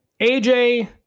AJ